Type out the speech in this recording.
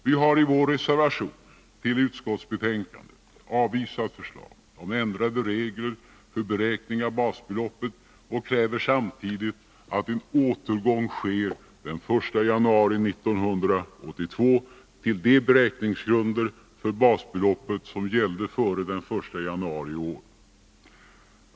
Vi har i vår reservation till utskottsbetänkandet avvisat förslaget om ändrade regler för beräkning av basbeloppet och kräver samtidigt att en återgång sker den 1 januari 1982 till de beräkningsgrunder för basbeloppet som gällde före den 1 januari i år.